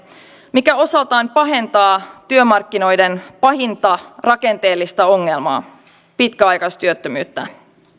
mikä osaltaan pahentaa työmarkkinoiden pahinta rakenteellista ongelmaa pitkäaikaistyöttömyyttä